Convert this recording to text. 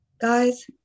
guys